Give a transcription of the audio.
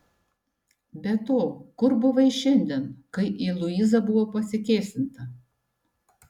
be to kur buvai šiandien kai į luizą buvo pasikėsinta